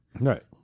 Right